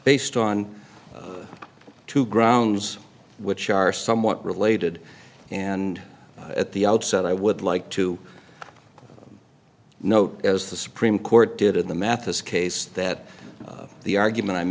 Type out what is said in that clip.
based on two grounds which are somewhat related and at the outset i would like to note as the supreme court did in the mathis case that the argument i'm